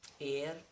air